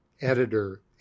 editor